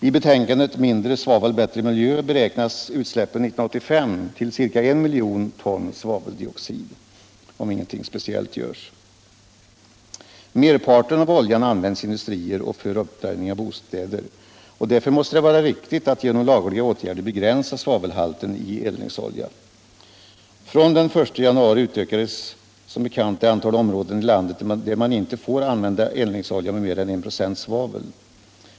I betänkandet Mindre svavel — bättre miljö beräknas utsläppen 1985 till ca I miljon ton svaveldioxid, om ingenting speciellt görs. Merparten av oljan används i industrier och för uppvärmning av bostäder. Därför måste det vara riktigt att genom lagliga åtgärder begränsa svavelhalten i eldningsolja. Från den 1 januari utökades som bekant det antal områden i landet där man inte får använda eldningsolja med mer än 1 96 svavel.